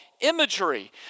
imagery